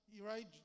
right